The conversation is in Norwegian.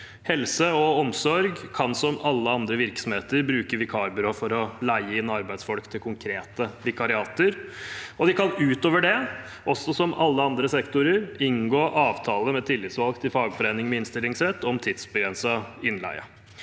Helse og omsorg kan som alle andre virksomheter bruke vikarbyrå for å leie inn arbeidsfolk til konkrete vikariater, og de kan utover det, som alle andre sektorer, inngå avtale med tillitsvalgt i fagforening med innstillingsrett om tidsbegrenset innleie.